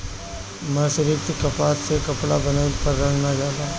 मर्सरीकृत कपास से कपड़ा बनइले पर रंग ना जाला